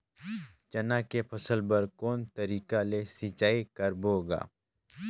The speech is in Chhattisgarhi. चना के फसल बर कोन तरीका ले सिंचाई करबो गा?